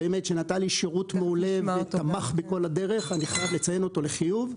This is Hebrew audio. שבאמת נתן לי שירות מעולה ותמך בכל הדרך ואני חייב לציין אותו לחיוב.